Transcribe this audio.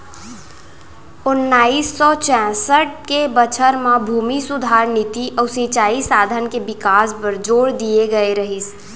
ओन्नाइस सौ चैंसठ के बछर म भूमि सुधार नीति अउ सिंचई साधन के बिकास बर जोर दिए गए रहिस